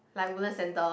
like Woodlands centre